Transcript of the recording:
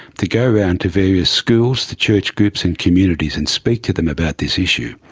to go around to various schools, to church groups and communities and speak to them about this issue.